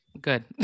Good